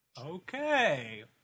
okay